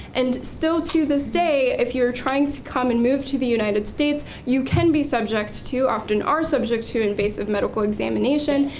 and still to this day if you're trying to come and move to the united states, you can be subject to, often are subject to, invasive medical examination.